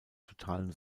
totalen